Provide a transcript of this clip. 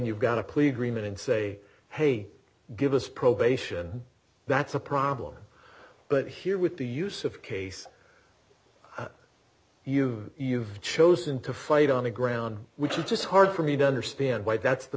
you've got a plea agreement and say hey give us probation that's a problem but here with the use of case you've chosen to fight on the ground which is just hard for me to understand why that's the